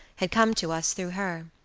had come to us through her.